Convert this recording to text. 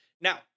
Now